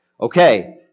Okay